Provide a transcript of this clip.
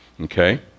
Okay